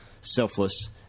selfless